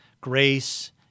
grace